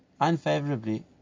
unfavorably